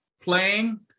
playing